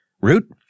root